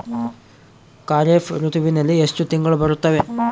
ಖಾರೇಫ್ ಋತುವಿನಲ್ಲಿ ಎಷ್ಟು ತಿಂಗಳು ಬರುತ್ತವೆ?